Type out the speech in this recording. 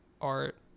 art